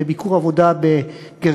בביקור עבודה בגרמניה,